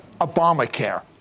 Obamacare